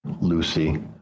Lucy